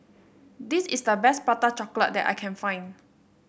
this is the best Prata Chocolate that I can find